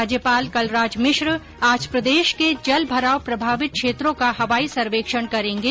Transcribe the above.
राज्यपाल कलराज मिश्र आज प्रदेश के जल भराव प्रभावित क्षेत्रों का हवाई सर्वेक्षण करेंगे